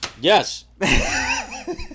Yes